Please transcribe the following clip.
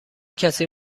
کسی